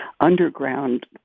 underground